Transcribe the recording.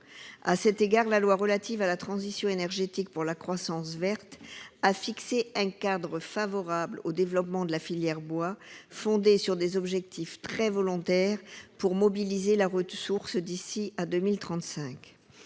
À cet égard, la loi relative à la transition énergétique pour la croissance verte a fixé un cadre favorable au développement de la filière bois, fondé sur des objectifs très volontaires pour mobiliser la ressource d'ici à 2035.